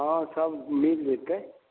हँ सब मिल जेतै